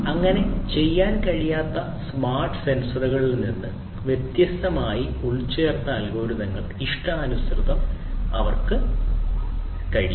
അങ്ങനെ ചെയ്യാൻ കഴിയാത്ത സ്മാർട്ട് സെൻസറുകളിൽ നിന്ന് വ്യത്യസ്തമായി ഈച്ചയിൽ ഉൾച്ചേർത്ത അൽഗോരിതങ്ങൾ ഇഷ്ടാനുസൃതമാക്കാൻ അവർക്ക് കഴിയും